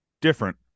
different